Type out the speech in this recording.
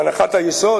הנחת היסוד,